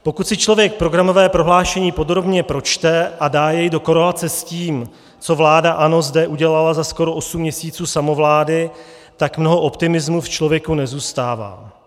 Pokud si člověk programové prohlášení podrobně pročte a dá jej do korelace s tím, co vláda ANO zde udělala za skoro osm měsíců samovlády, tak mnoho optimismu v člověku nezůstává.